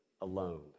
alone